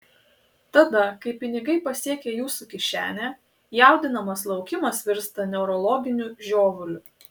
tada kai pinigai pasiekia jūsų kišenę jaudinamas laukimas virsta neurologiniu žiovuliu